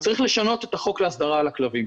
צריך לשנות את החוק להסדרה על הכלבים.